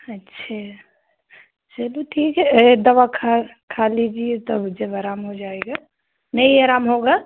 अच्छा चलो ठीक है दवा खा खा लीजिए तब जब आराम हो जाएगा नहीं आराम होगा